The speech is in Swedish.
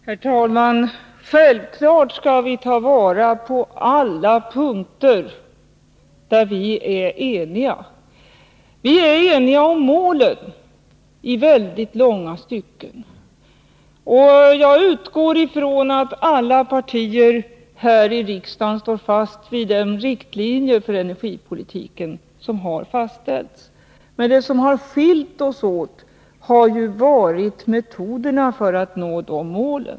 Herr talman! Självfallet skall vi ta vara på allt det som vi är eniga om. Vi är eniga om målen i mycket långa stycken. Jag utgår från att alla partier här i riksdagen står fast vid den riktlinje för energipolitiken som har fastställts. Det som har skilt oss åt är metoderna för att nå dessa mål.